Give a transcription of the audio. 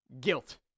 guilt